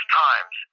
times